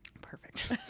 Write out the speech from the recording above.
Perfect